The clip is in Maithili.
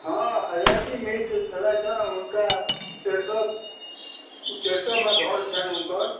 हँ अयाची मिश्र छलथि हँ हुनका सरिसो ओ सरिसोमे घर छनि हुनकर